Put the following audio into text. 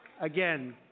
Again